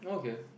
okay